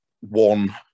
One